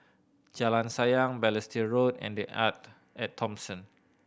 Jalan Sayang Balestier Road and The Arte At Thomson